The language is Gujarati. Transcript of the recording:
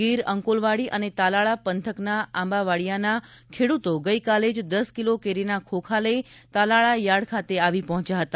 ગીર અંકોલવાડી અને તાલાળા પંથકના આંબાવાડિયાના ખેડ્રતો ગઈકાલે જ દસ કિલો કેરીના ખોખા લઈ તાલાળા યાર્ડ ખાતે આવી પહોંચ્યા હતા